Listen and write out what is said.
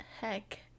heck